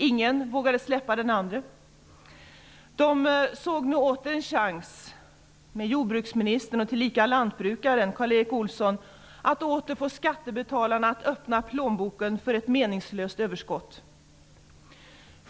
Ingen ville släppa den andra. De såg nog en chans att med jordbruksministern tillika lantbrukaren Karl Erik Olsson åter få skattebetalarna att öppna sina plånböcker för ett meningslöst överskott.